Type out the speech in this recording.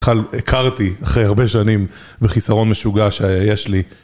הכרתי אחרי הרבה שנים בחיסרון משוגע שיש לי.